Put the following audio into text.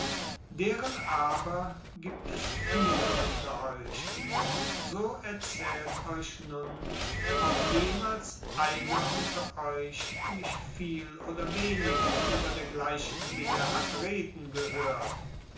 deren aber gibt es viele unter euch so erzählt euch nun ob jemals einer unter euch mich viel oder wenig über dergleichen dinge hat reden gehört